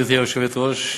גברתי היושבת-ראש,